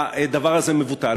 הדבר הזה מבוטל.